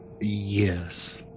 Yes